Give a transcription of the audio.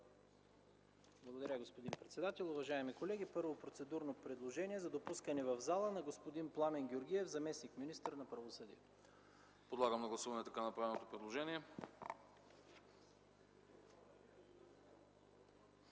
Благодаря, господин председател. Уважаеми колеги, първо, процедурно предложение за допускане в залата на господин Пламен Георгиев – заместник-министър на правосъдието. ПРЕДСЕДАТЕЛ АНАСТАС АНАСТАСОВ: Подлагам на гласуване така направеното предложение.